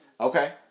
Okay